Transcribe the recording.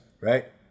right